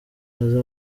aze